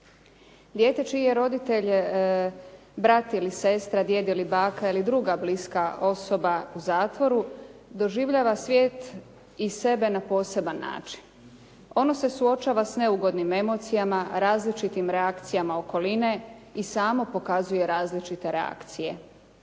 Dijete čiji je roditelj brat ili sestra, djed ili baka ili druga bliska osoba u zatvoru doživljava svijet i sebe na poseban način. Ono se suočava s neugodnim emocijama, različitim reakcijama okoline i samo pokazuje različite reakcije.